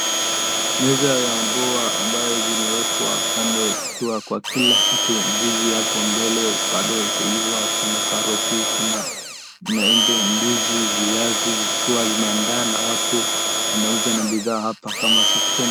Meza ya mboga ambaye zimewekwa kando ikiwa kwa kila kitu ndizi hapo mbele bado haijaiva kuna karoti, kuna maembe, ndizi, viazi zikiwa zimeandaa na watu wanauza na bidhaa hapa kana sokoni.